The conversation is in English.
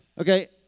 Okay